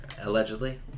allegedly